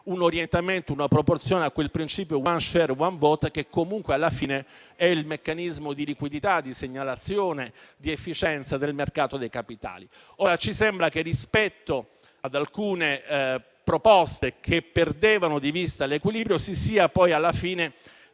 un orientamento, una proporzione a quel principio *one share*, *one vote* che comunque alla fine è il meccanismo di liquidità e di segnalazione di efficienza del mercato dei capitali. Ci sembra che, rispetto ad alcune proposte che perdevano di vista l'equilibrio, si sia poi alla fine